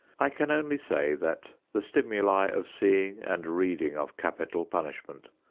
i can only say that the stimuli of seeing and reading of capital punishment,